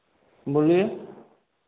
बोलिए